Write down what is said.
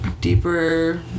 deeper